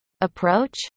approach